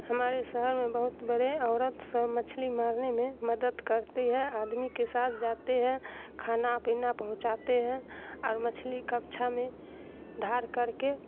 ہمارے شہر میں بہت بڑے عورت سب مچھلی مارنے میں مدد کرتے ہے آدمی کے ساتھ جاتے ہیں کھانا پینا پہنچاتے ہیں اور مچھلی کپچھا میں دھر کر کے